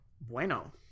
Bueno